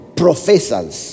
professors